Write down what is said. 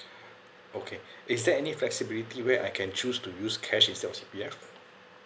okay is there any flexibility where I can choose to use cash instead of C_P_F